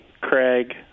Craig